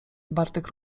bartek